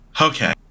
Okay